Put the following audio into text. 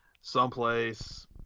someplace